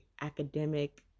academic